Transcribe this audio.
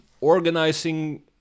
organizing